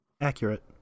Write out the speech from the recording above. Accurate